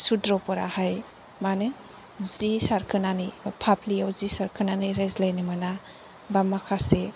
सुद्रफोराहाय मानो जि सारखोनानै फाफ्लिआव जि सारखोनानै रायज्लायनो मोना बा माखासे